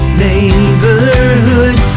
neighborhood